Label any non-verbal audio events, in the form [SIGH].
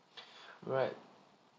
[BREATH] alright